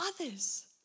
others